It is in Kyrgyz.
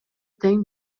тең